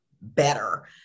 better